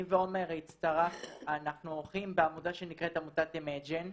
אני ועומר --- אנחנו עורכים בעמותה שנקראת אימג'ין,